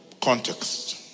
context